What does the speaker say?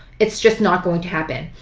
it's just not going to happen.